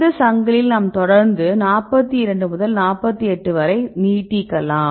இந்த சங்கிலியில் நாம் தொடர்ந்து 42 முதல் 48 வரை நீட்டிக்கலாம்